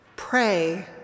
pray